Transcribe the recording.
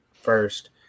first